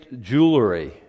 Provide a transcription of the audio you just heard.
jewelry